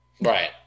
Right